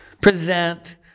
present